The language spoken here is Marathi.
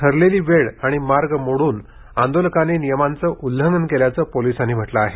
ठरलेली वेळ आणि मार्ग मोडून आंदोलकांनी नियमांचं उल्लंघन केल्याचं पोलिसांनी म्हटलं आहे